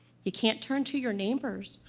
you can't turn to your neighbors.